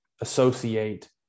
associate